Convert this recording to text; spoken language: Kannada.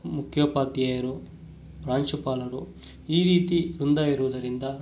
ಮುಖ್ಯೋಪಾಧ್ಯಾಯರು ಪ್ರಾಂಶುಪಾಲರು ಈ ರೀತಿ ಒಂದಾಗಿರುದರಿಂದ